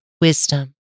wisdom